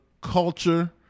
culture